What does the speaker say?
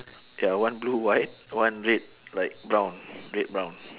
ya one blue white one red like brown red brown